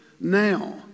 now